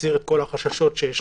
ויסיר את כל החששות שיש.